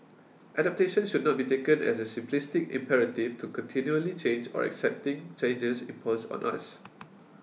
adaptation should not be taken as the simplistic imperative to continually change or accepting changes imposed on us